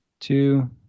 two